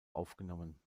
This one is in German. aufgenommen